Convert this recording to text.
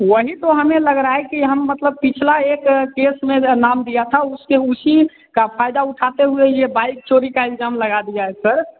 वही तो हमें लग रहा है कि हम मतलब पिछला एक केस में नाम दिया था उसके उसी का फायदा उठाते हुए ये बाइक चोरी का इलजाम लगा दिया है सर